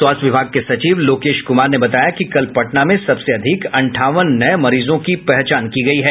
स्वास्थ्य विभाग के सचिव लोकेश कुमार ने बताया कि कल पटना में सबसे अधिक अंठावन नये मरीजों की पहचान की गयी है